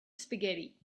spaghetti